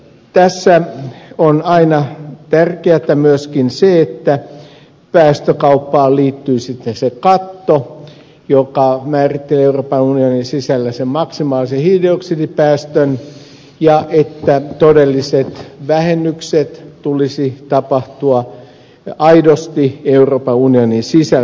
tässä on aina tärkeätä myöskin se että päästökauppaan liittyy sitten se katto joka määrittelee euroopan unionin sisällä sen maksimaalisen hiilidioksidipäästön ja että todellisten vähennysten tulisi tapahtua aidosti euroopan unionin sisällä